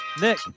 Nick